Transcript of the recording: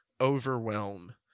Overwhelm